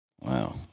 Wow